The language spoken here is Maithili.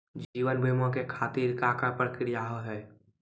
जीवन बीमा के खातिर का का प्रक्रिया हाव हाय?